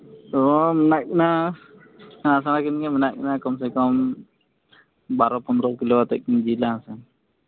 ᱦᱚᱸ ᱢᱮᱱᱟᱜ ᱠᱤᱱᱟᱹ ᱥᱮᱬᱟᱼᱥᱮᱬᱟ ᱠᱤᱱ ᱜᱮ ᱢᱮᱱᱟᱜ ᱠᱤᱱᱟᱹ ᱠᱚᱢ ᱥᱮ ᱠᱚᱢ ᱵᱟᱨᱚᱼᱯᱚᱸᱫᱽᱨᱚ ᱠᱤᱞᱳ ᱠᱟᱛᱮ ᱠᱤᱱ ᱡᱤᱞᱟ ᱦᱮᱸᱥᱮ